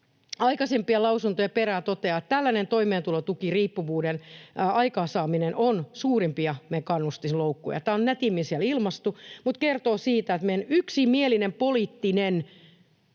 aikaisempien lausuntojen perään toteaa, että tällainen toimeentulotukiriippuvuuden aikaansaaminen on meidän suurimpia kannustinloukkuja. Tämä on nätimmin siellä ilmaistu, mutta kertoo siitä, että meidän yksimielinen poliittinen